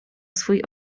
swój